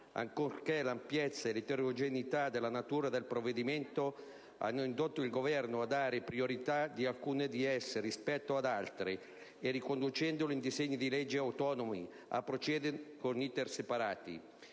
nonché l'ampiezza e l'eterogeneità della natura del provvedimento, hanno indotto il Governo a dare priorità ad alcune di esse rispetto ad altre e, riconducendole in disegni di legge autonomi, a procedere con *iter* separati.